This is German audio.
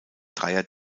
dreier